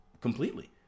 completely